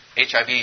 HIV